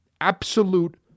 absolute